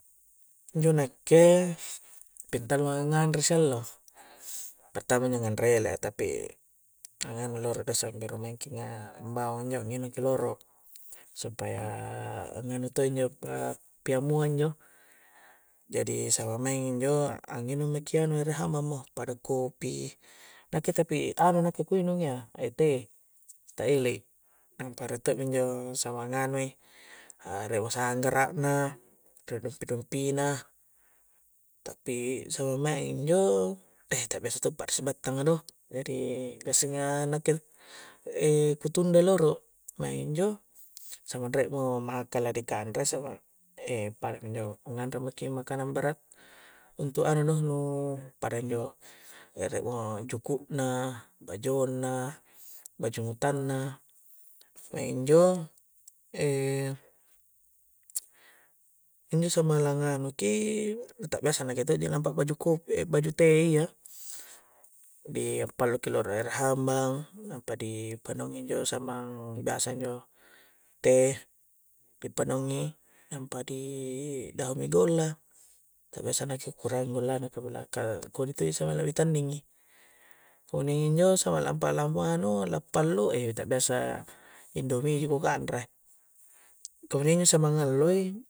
Injo' nakke' pitallu'angang'a anre siallo' pertama injo' nganre ele'a tapi kah nganu' loro' do samberu' maengki nga' bangung' injo' nginungki loro' supaya nganu to' injo' pa'pia mu njo jadi samang maeng injo', a' nginung maki' ere' hambang mo pada kopi, nakke' tapi anu nakke' ku nginung ya e' teh, te' elei' re' to' minjo' samangannui', re' mo' sanggra'na re' mo dumpi'-dumpi' na tapi samang maengi' injo' beh' ta'biasa to' pa'risi battanga' do, jadi gassinga' nakke' e' ku tunda'i loro' maeng njo', samang re' mo' makala di kanre, samang pada kunjo' e' nganre' maki' makanan berat untuk anu do, nu' pada injo' re' mo juku' na, bajo' na, baju'utanna maeng' njo' e' e' injo' samalang nganu' ki nu ta' biasa nakke' to' ji lampa' baju kope' baju teh' ya di pallu'ki rolo hambang' nampa' di pannaungi' injo' samang' biasa injo' teh' ri panaungi' nampa' di daungi' golla' ta' biasa nakke' kurangi' gollana nakubilang kah' kodi' to' tanning'ngi kemudiian injo' samala lampa' lamua anu' lampallu', e' ta' biasa indomi ji' ku kanre' kemudian injo' samangalloi'